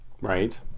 Right